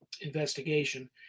investigation